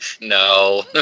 No